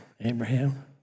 Abraham